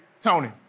Tony